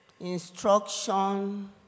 instruction